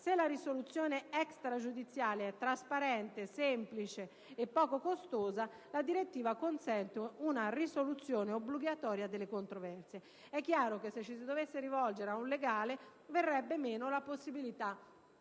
Se la risoluzione extragiudiziale è trasparente, semplice e poco costosa, la direttiva consente una risoluzione obbligatoria delle controversie. È chiaro che se ci si dovesse rivolgere ad un legale verrebbe meno la possibilità